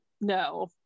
no